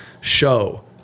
show